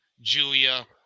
Julia